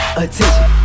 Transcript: attention